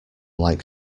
like